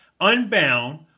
unbound